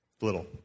Little